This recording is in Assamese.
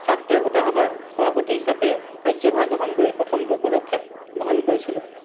ছাত্ৰ একতা সভাৰ সভাপতি হিচাপে কাৰ্যভাৰ গ্ৰহণ কৰি প্ৰথমটো পদক্ষেপ গ্ৰহণ কৰিছিলোঁ